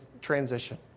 transition